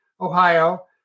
Ohio